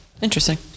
Interesting